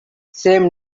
same